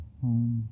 home